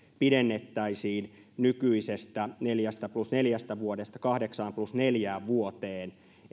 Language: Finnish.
pidennettäisiin nykyisestä neljä plus neljästä vuodesta kahdeksan plus neljään vuoteen